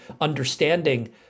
understanding